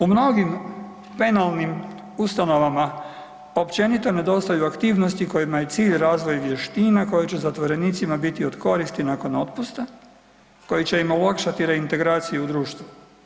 U mnogim penalnim ustanovama općenito nedostaju aktivnosti kojima je cilj razvoj vještina koje će zatvorenicima biti od koristi nakon otpusta koji će im olakšati reintegraciju u društvu.